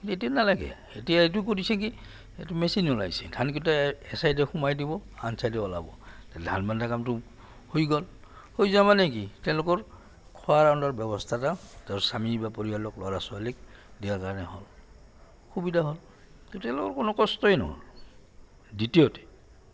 কিন্তু এতিয়া নালাগে এতিয়া এইটো কৰিছে কি এইটো মেচিন ওলাইছে ধানকেইটা এচাইডে সোমাই দিব আন চাইডে ওলাব ধান বান্ধা কামটো হৈ গ'ল হৈ যোৱা মানে কি তেওঁলোকৰ খোৱাৰ ব্যৱস্থা এটা তেওঁ স্বামী বা পৰিয়ালক ল'ৰা ছোৱালীক দিয়াৰ কাৰণে হ'ল সুবিধা হ'ল কি তেওঁলোকৰ কোনো কষ্টই নহ'ল দ্বিতীয়তে